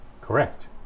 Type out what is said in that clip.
correct